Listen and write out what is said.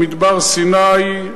למדבר סיני,